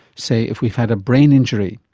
say if we've had a brain injury.